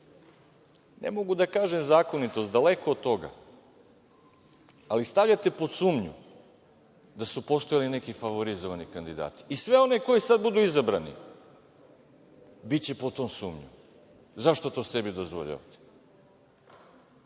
ne mogu da kažem zakonitost, daleko od toga, ali stavljate pod sumnju da su postojali neki favorizovani kandidati i sve one koji sad budu izabrani biće pod tom sumnjom. Zašto to sebi dozvoljavate?